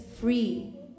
free